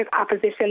opposition